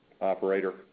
Operator